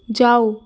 जाओ